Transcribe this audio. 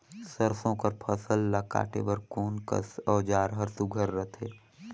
सरसो कर फसल ला काटे बर कोन कस औजार हर सुघ्घर रथे?